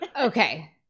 Okay